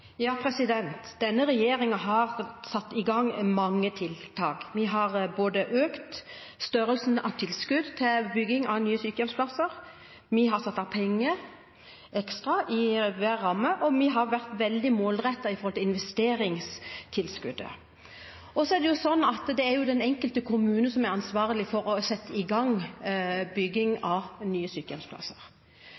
Denne regjeringen har satt i gang mange tiltak. Vi har både økt størrelsen på tilskudd til bygging av nye sykehjemsplasser, vi har satt av ekstra penger i hver ramme, og vi har vært veldig målrettet når det gjelder investeringstilskuddet. Så er det slik at det er den enkelte kommune som er ansvarlig for å sette i gang bygging